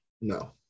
No